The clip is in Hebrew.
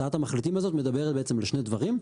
הצעת המחליטים הזאת מדברת בעצם על שני דברים.